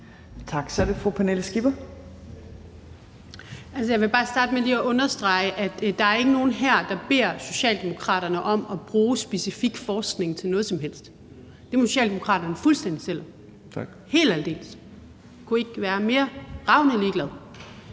Skipper. Kl. 12:50 Pernille Skipper (EL): Jeg vil bare starte med lige at understrege, at der ikke er nogen her, der beder Socialdemokraterne om at bruge specifik forskning til noget som helst. Det må Socialdemokraterne selv om, helt og aldeles. Jeg kunne ikke være mere ligeglad.